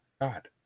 God